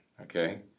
okay